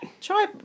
Try